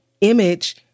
image